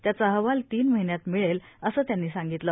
त्याचा अहवाल तीन महिन्यात मिळेल असं त्यांनी सांगितलं